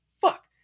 fuck